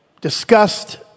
discussed